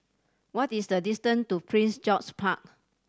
what is the distance to Prince George's Park